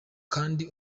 kandi